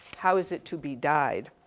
how is it to be died?